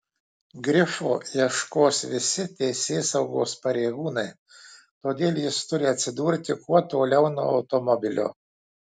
grifo ieškos visi teisėsaugos pareigūnai todėl jis turi atsidurti kuo toliau nuo automobilio